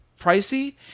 pricey